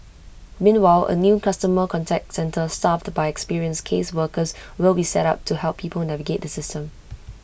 meanwhile A new customer contact centre staffed by experienced caseworkers will be set up to help people navigate the system